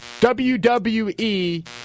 WWE